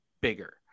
bigger